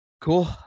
Cool